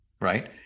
right